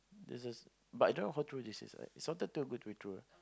this is but I don't know how true this is ah it sounded too good to be true